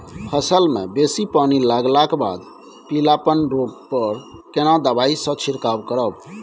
फसल मे बेसी पानी लागलाक बाद पीलापन रोग पर केना दबाई से छिरकाव करब?